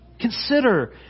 Consider